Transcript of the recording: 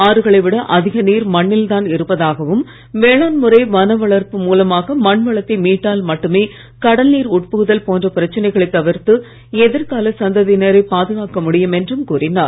ஆறுகளை விட அதிக நீர் மண்ணில் தான் இருப்பதாகவும் வேளாண் முறை வன வளர்ப்பு மூலமாக மண் வளத்தை மீட்டால் மட்டுமே கடல் நீர் உட்புகுதல் போன்ற பிரச்சனைகளை தவிர்த்து எதிர்கால சந்ததியினரை பாதுகாக்க முடியும் என்றும் கூறினார்